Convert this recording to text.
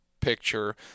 picture